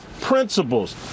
principles